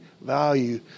value